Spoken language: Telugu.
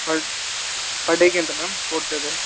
పర్ పర్ డేకి ఎంత మామ్ ఫోర్ థౌజండ్